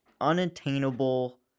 unattainable